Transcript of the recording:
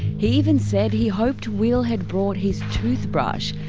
he even said he hoped will had brought his toothbrush.